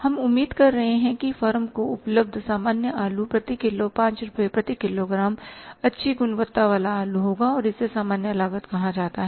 हम उम्मीद कर रहे हैं कि फर्म को उपलब्ध सामान्य आलू प्रति किलो पांच रुपये प्रति किलोग्राम अच्छी गुणवत्ता वाला आलू होगा और इसे सामान्य लागत कहा जाता है